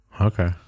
Okay